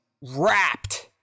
wrapped